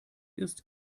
ist